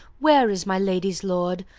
where is my lady's lord,